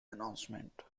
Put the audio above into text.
announcement